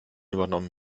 übernommen